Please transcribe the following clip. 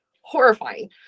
Horrifying